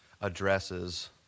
addresses